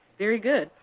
very good.